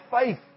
faith